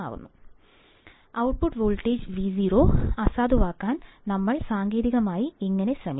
അതിനാൽ output voltage Vo അസാധുവാക്കാൻ ഞങ്ങൾ സാങ്കേതികമായി എങ്ങനെ ശ്രമിക്കും